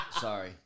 Sorry